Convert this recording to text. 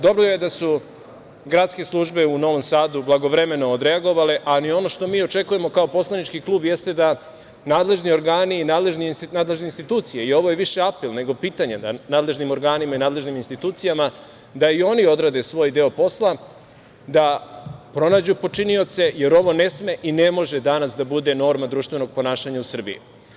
Dobro je da su gradske službe u Novom Sadu blagovremeno odreagovale, ali ono što mi očekujemo kao poslanički klub jeste da nadležni organi i nadležne institucije, ovo je više apel nego pitanje nadležnim organima i nadležnim institucijama, da i oni odrade svoj deo posla, da pronađu počinioce, jer ovo ne sme i ne može danas da bude norma društvenog ponašanja u Srbiji.